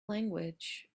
language